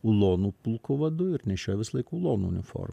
ulonų pulko vadu ir nešioja visą laik ulonų uniformą